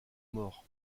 maures